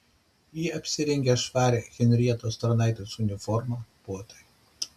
ji apsirengė švarią henrietos tarnaitės uniformą puotai